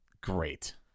Great